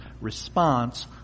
response